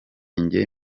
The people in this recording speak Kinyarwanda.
njye